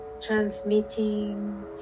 transmitting